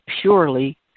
purely